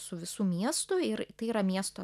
su visu miestu ir tai yra miesto